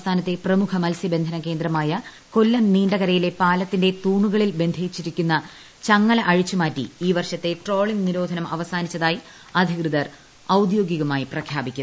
സംസ്ഥാനത്തെ പ്രമുഖ മൽസ്യബന്ധന കേന്ദ്രമായ കൊല്ലം നീണ്ടകരയിലെ പാലത്തിന്റെ തൂണുകളിൽ ബന്ധിപ്പിച്ചിരിക്കുന്ന ചങ്ങല അഴിച്ചുമാറ്റി ഈ വർഷത്തെ ട്രോളിംഗ് നിരോധനം അവസാനിച്ചതായി അധികൃതർ ഔദ്യോഗികമായി പ്രഖ്യാപിക്കും